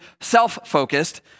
self-focused